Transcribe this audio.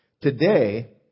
Today